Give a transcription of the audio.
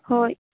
ᱦᱳᱭ